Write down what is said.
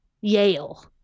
yale